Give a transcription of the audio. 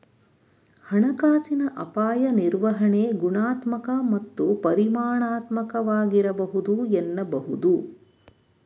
ಹಣಕಾಸಿನ ಅಪಾಯ ನಿರ್ವಹಣೆ ಗುಣಾತ್ಮಕ ಮತ್ತು ಪರಿಮಾಣಾತ್ಮಕವಾಗಿರಬಹುದು ಎನ್ನಬಹುದು